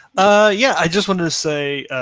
ah yeah i just wanted to say,